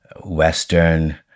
Western